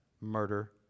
murder